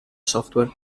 software